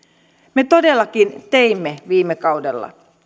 me todellakin teimme viime kaudella